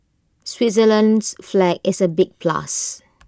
Switzerland's flag is A big plus